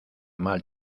mal